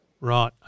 Right